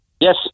Yes